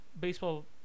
baseball